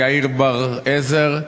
יאיר בר-עזר,